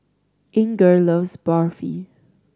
Inger loves Barfi